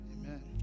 Amen